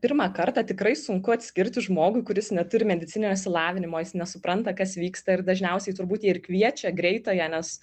pirmą kartą tikrai sunku atskirti žmogui kuris neturi medicininio išsilavinimo jis nesupranta kas vyksta ir dažniausiai turbūt jie ir kviečia greitąją nes